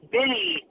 Benny